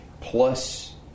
plus